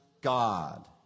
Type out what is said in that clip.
God